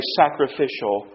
sacrificial